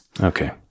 Okay